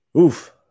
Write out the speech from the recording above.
Oof